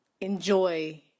enjoy